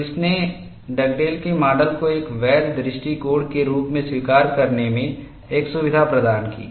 तो इसने डगडेल के माडल को एक वैध दृष्टिकोण के रूप में स्वीकार करने में एक सुविधा प्रदान की